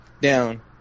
down